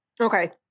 Okay